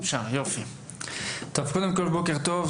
בוקר טוב.